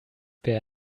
wer